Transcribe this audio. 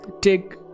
take